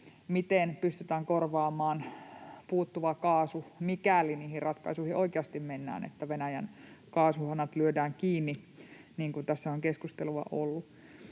miten pystytään korvaamaan puuttuva kaasu, mikäli niihin ratkaisuihin oikeasti mennään, että Venäjän kaasuhanat lyödään kiinni niin kuin tässä on keskustelua ollut.